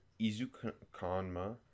Izukanma